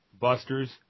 busters